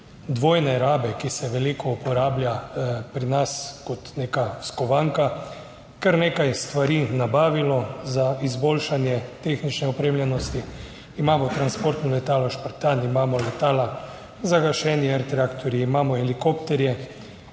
dvojne rabe, ki se veliko uporablja pri nas kot neka skovanka, kar nekaj stvari nabavilo za izboljšanje tehnične opremljenosti, imamo transportno letalo Spartan, imamo letala za gašenje Air Tractor, imamo helikopterje,